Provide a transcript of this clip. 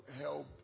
help